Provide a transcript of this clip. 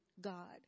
God